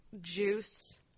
juice